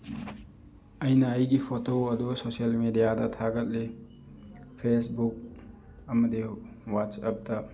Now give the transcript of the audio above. ꯑꯩꯅ ꯑꯩꯒꯤ ꯐꯣꯇꯣ ꯑꯗꯨ ꯁꯣꯁꯦꯜ ꯃꯦꯗꯤꯌꯥꯗ ꯊꯥꯒꯠꯂꯤ ꯐꯦꯁꯕꯨꯛ ꯑꯃꯗꯤ ꯋꯥꯆꯞꯇ